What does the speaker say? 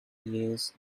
years